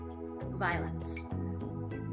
violence